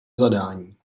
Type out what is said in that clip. zadání